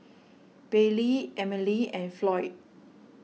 Baylee Emile and Floyd